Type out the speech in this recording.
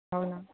हो ना